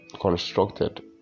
constructed